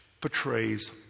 portrays